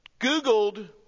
Googled